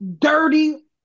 dirty